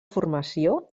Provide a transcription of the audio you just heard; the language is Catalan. formació